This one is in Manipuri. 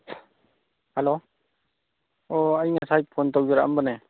ꯍꯦꯜꯂꯣ ꯑꯣ ꯑꯩ ꯉꯁꯥꯏ ꯐꯣꯟ ꯇꯧꯖꯔꯛꯑꯝꯕꯅꯦ